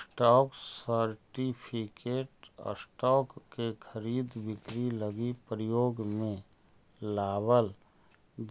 stock certificate stock के खरीद बिक्री लगी प्रयोग में लावल